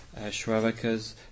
shravakas